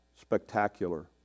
Spectacular